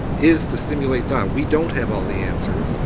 is to stimulate thought. we don't have all the answers.